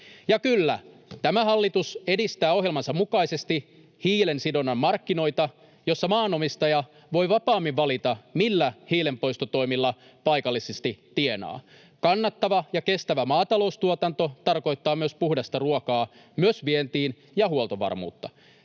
Ja kyllä, tämä hallitus edistää ohjelmansa mukaisesti hiilensidonnan markkinoita, jossa maanomistaja voi vapaammin valita, millä hiilenpoistotoimilla paikallisesti tienaa. Kannattava ja kestävä maataloustuotanto tarkoittaa myös puhdasta ruokaa, myös vientiin, ja huoltovarmuutta.